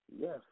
Yes